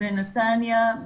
בנתניה,